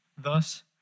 thus